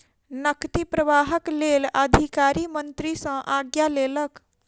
नकदी प्रवाहक लेल अधिकारी मंत्री सॅ आज्ञा लेलक